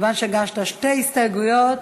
כיוון שהגשת שתי הסתייגויות,